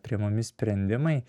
priimami sprendimai